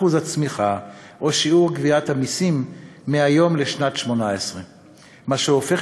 אחוז הצמיחה או שיעור גביית המסים מהיום לשנת 2018. מה שהופך